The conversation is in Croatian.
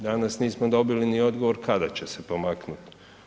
Danas nismo dobili ni odgovor kada će se pomaknuti.